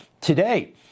today